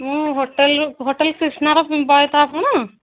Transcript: ମୁଁ ହୋଟେଲ୍ରୁ ହୋଟେଲ୍ କ୍ରୀଷ୍ଣାର ବଏ ତ ଆପଣ